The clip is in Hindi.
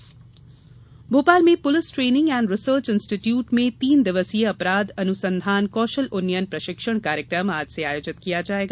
प्रशिक्षण कार्यक्रम भोपाल में Police Training and Research Institute में तीन दिवसीय अपराध अनुसंधान कौशल उन्नयन प्रशिक्षण कार्यक्रम आज से आयोजित किया जायेगा